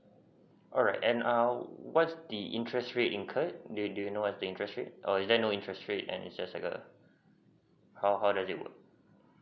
alright and err what's the interest rate incurred do do you know what's the interest rate or is there no interest rate and it's just like a how how does it work